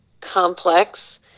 complex